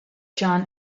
john